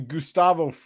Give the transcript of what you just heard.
Gustavo